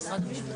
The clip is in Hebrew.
במשרד המשפטים.